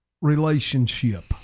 relationship